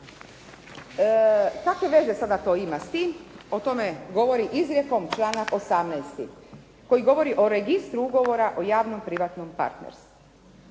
Kakve veze sada to ima s tim? O tome govori izrijekom članak 18. koji govori o registru ugovora o javno-privatnom partnerstvu.